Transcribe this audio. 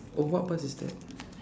oh what bus is that